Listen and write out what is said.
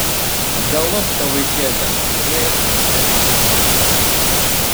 galop tą vaikėzą turėjo išvežti į ligoninę